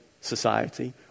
society